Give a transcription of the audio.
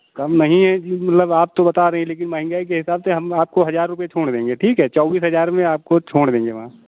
कम नही है जी मलब आप तो बता रही हैं लेकिन महंगाई के हिसाब से हम आपको हजार रुपये छोड़ देंगे ठीक है चौबीस हजार मे आपको छोड़ देंगे मैम